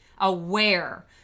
aware